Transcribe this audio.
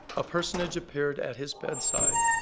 a personage appeared at his bedside,